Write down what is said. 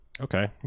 okay